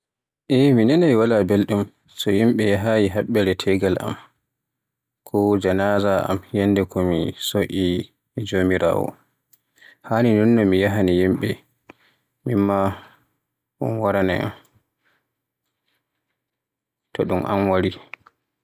E mi nanai- wala belɗum to yimɓe yahaayi haɓɓere tegal am, e janaza am, yannde ko mi somi e Jomiraawo. Haani non no me yahaani yimɓe mimma un waraana yam so ɗum am wari.